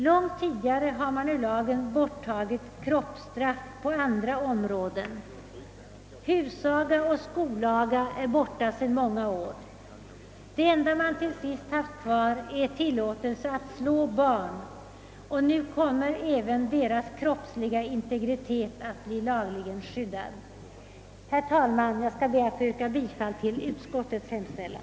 Långt tidigare har man i lagen borttagit kroppsstraff på andra områden. Husaga och skolaga är borta sedan många år. Det enda man till sist haft kvar är tillåtelse att slå barn, och nu kommer även deras kroppsliga integritet att bli lagligen skyddad. Herr talman! Jag skall be att få yrka bifall till utskottets hemställan.